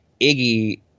Iggy